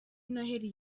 noheli